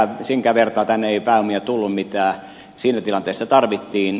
senkään vertaa tänne ei pääomia tullut mitä siinä tilanteessa tarvittiin